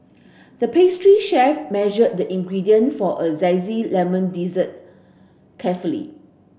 the pastry chef measured the ingredient for a zesty lemon dessert carefully